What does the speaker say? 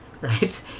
right